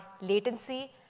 latency